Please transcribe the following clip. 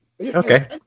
Okay